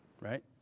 Right